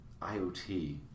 IOT